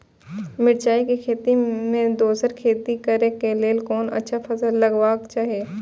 मिरचाई के खेती मे दोसर खेती करे क लेल कोन अच्छा फसल लगवाक चाहिँ?